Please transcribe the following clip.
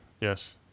yes